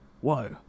Whoa